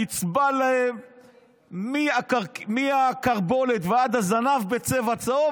תצבע להן מהכרבולת ועד הזנב בצבע צהוב,